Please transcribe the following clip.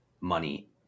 money